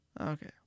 okay